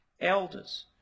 elders